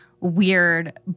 weird